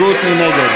התקבלה.